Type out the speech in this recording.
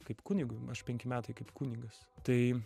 kaip kunigui aš penkti metai kaip kunigas tai